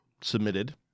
Submitted